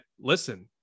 listen